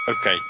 okay